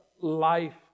life